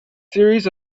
series